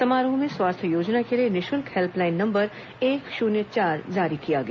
समारोह में स्वास्थ्य योजना के लिए निःशुल्क हेल्पलाइन नंबर एक शुन्य चार जारी किया गया